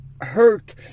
hurt